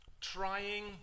trying